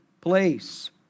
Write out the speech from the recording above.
place